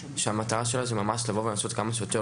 שהמטרה שלה היא ממש לנסות להוריד כמה שיותר